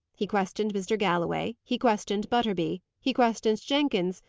he questioned mr. galloway, he questioned butterby, he questioned jenkins,